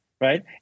right